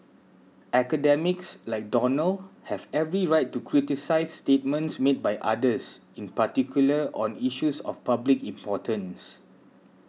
academics like Donald have every right to criticise statements made by others in particular on issues of public importance